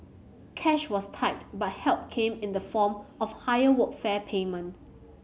cash was tight but help came in the form of a higher workfare payment